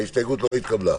ההסתייגות לא התקבלה.